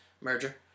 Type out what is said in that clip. merger